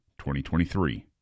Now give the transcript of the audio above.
2023